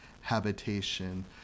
habitation